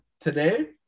today